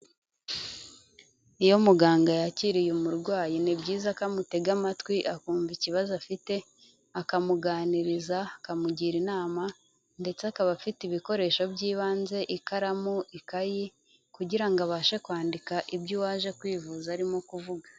Iyo muganga yakiriye umurwayi ni byiza ko amutega amatwi akumva ikibazo afite akamuganiriza, akamugira inama ndetse akaba afite ibikoresho by'ibanze ikaramu, ikayi kugira ngo abashe kwandika ibyo uwaje kwivuza arimo kuvuga.